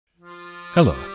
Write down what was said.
Hello